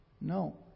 No